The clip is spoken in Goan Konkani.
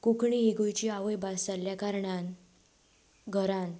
कोंकणी ही गोंयची आवय भास जाल्ल्या कारणान घरांत